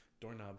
doorknob